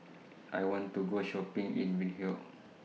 I want to Go Shopping in Windhoek